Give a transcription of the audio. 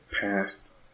past